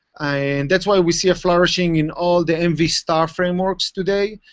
and that's why we see a flourishing in all the mv-star frameworks today.